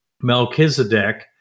Melchizedek